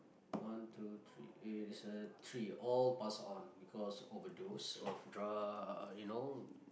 one two three eh it's a three all pass on because overdose of drug you know